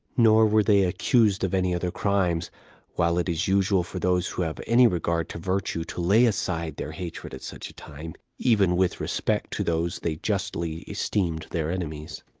nor were they accused of any other crimes while it is usual for those who have any regard to virtue to lay aside their hatred at such a time, even with respect to those they justly esteemed their enemies.